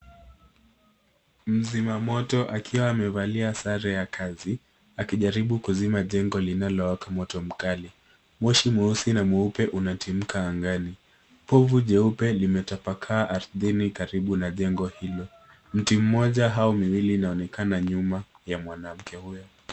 Mzima moto akiwa amevalia sare ya kazi akijaribu kuzima jengo linalo waka moto mkali. Moshi mweusi na mweupe unatimka angani. Povu jeupe limetapakaa ardhini karibu na jengo hilo. Mti mmoja au miwili inayoonekana nyuma ya mwanamke huyo.